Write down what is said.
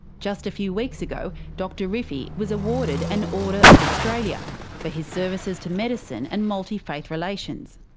just a few weeks ago dr rifi was awarded an order of australia for his services to medicine and multi-faith relations.